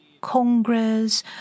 congress